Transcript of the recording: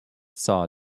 saw